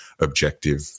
objective